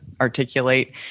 articulate